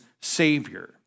Savior